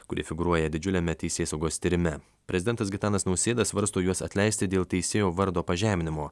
kurie figūruoja didžiuliame teisėsaugos tyrime prezidentas gitanas nausėda svarsto juos atleisti dėl teisėjo vardo pažeminimo